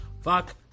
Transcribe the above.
Fuck